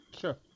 Sure